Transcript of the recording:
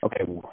okay